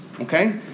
okay